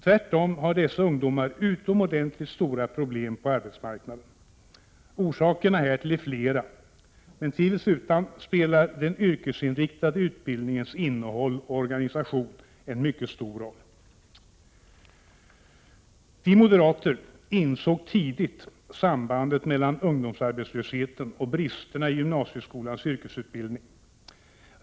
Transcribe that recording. Tvärtom har dessa ungdomar utomordentligt stora problem på arbetsmarknaden. Orsakerna härtill är flera, men tvivelsutan spelar den yrkesinriktade utbildningens innehåll och organisation en mycket stor roll. Vi moderater insåg tidigt sambandet mellan ungdomsarbetslösheten och bristerna i gymnasieskolans yrkesutbildning.